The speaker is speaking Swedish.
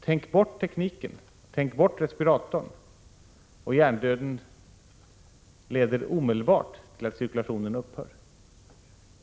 Tänk bort tekniken, tänk bort respiratorn, och hjärndöden leder omedelbart till att cirkulationen upphör.